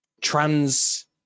trans